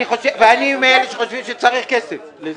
מאלה שחושבים שצריך כסף לזה.